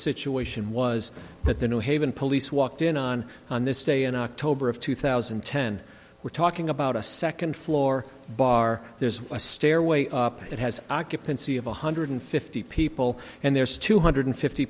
situation was that the new haven police walked in on on this day in october of two thousand and ten we're talking about a second floor bar there's a stairway up that has occupancy of one hundred fifty people and there's two hundred fifty